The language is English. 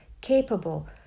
capable